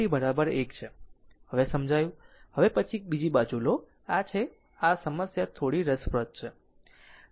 તેથી આ હવેથી સમજાયું હવે પછી એક બીજું લો આ છે આ સમસ્યા થોડી રસપ્રદ છે